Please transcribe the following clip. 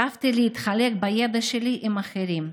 שאפתי לחלוק את הידע שלי עם אחרים.